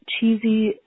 cheesy